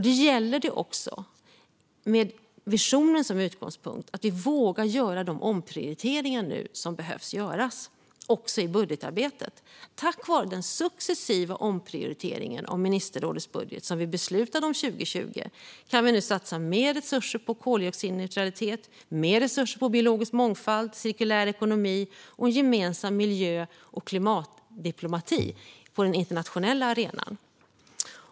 Det gäller också att vi med visionen som utgångspunkt vågar göra de omprioriteringar som nu behöver göras, också i budgetarbetet. Tack vare den successiva omprioritering av ministerrådets budget som vi beslutade om 2020 kan vi nu satsa mer resurser på koldioxidneutralitet, mer resurser på biologisk mångfald och cirkulär ekonomi och mer resurser på en gemensam miljö och klimatdiplomati på den internationella arenan.